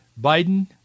Biden